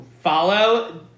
follow